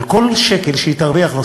על כל שקל נוסף שהיא תרוויח,